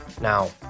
Now